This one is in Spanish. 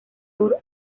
sur